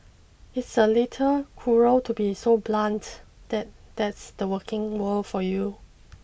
it's a little cruel to be so blunt that that's the working world for you